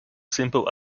simple